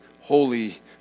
holy